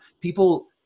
people